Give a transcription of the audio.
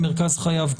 כאן זה מרכז חייו,